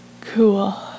Cool